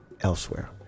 elsewhere